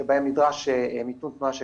שבהם נדרש מיתון תנועה שכזה,